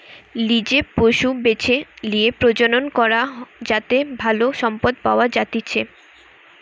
লিজে পশু বেছে লিয়ে প্রজনন করা হয় যাতে ভালো সম্পদ পাওয়া যাতিচ্চে